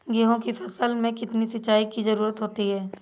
गेहूँ की फसल में कितनी सिंचाई की जरूरत होती है?